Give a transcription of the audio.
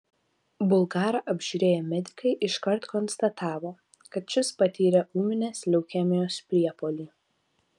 bulgarą apžiūrėję medikai iškart konstatavo kad šis patyrė ūminės leukemijos priepuolį